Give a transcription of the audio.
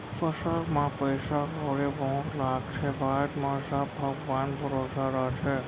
फसल म पइसा कउड़ी बहुत लागथे, बाद म सब भगवान भरोसा रथे